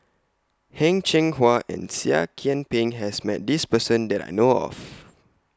Heng Cheng Hwa and Seah Kian Peng has Met This Person that I know of